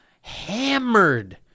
hammered